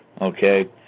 okay